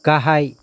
गाहाय